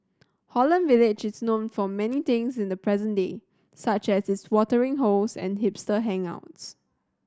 Holland Village is known for many things in the present day such as its watering holes and hipster hangouts